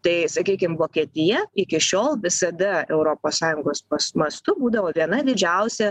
tai sakykim vokietija iki šiol visada europos sąjungos mastu būdavo viena didžiausia